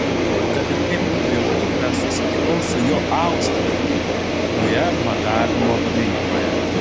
kad ir kaip būtų juokinga susitikau su juo austrijoje toje badavimo klinikoje